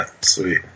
sweet